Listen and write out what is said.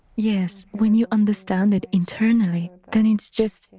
yes, when you understand it internally, then it's just,